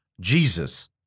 Jesus